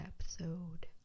episode